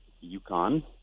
yukon